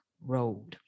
Road